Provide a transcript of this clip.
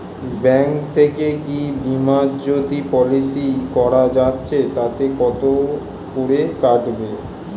Bank থেকে কী বিমাজোতি পলিসি করা যাচ্ছে তাতে কত করে কাটবে?